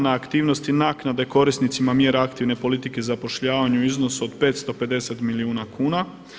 Na aktivnosti – Naknade korisnicima mjera aktivne politike zapošljavanja u iznosu od 550 milijuna kuna.